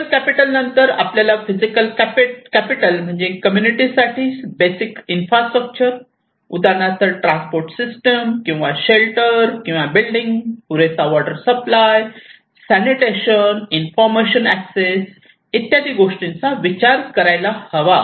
social capital नंतर आपल्याला physical capital म्हणजे कम्युनिटी साठी बेसिक इन्फ्रास्ट्रक्चर उदाहरणार्थ ट्रान्सपोर्ट सिस्टम किंवा शेल्टर किंवा बिल्डिंग पुरेसा water supply sanitation information access इत्यादी गोष्टींचा विचार करायला हवा